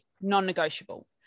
non-negotiable